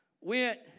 went